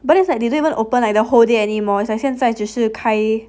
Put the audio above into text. but then is like they didn't even open like the whole day anymore then it's like 现在只是开